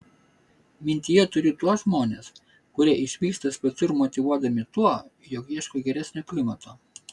mintyje turiu tuos žmones kurie išvyksta svetur motyvuodami tuo jog ieško geresnio klimato